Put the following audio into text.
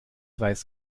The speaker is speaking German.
weiß